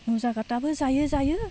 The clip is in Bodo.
मुजाकाताबो जायो जायो